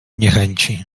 niechęci